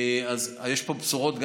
אז יש פה גם בשורות.